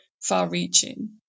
far-reaching